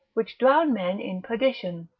which drown men in perdition.